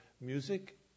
music